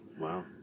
Wow